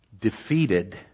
defeated